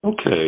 Okay